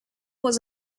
was